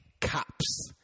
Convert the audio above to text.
cops